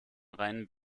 reinen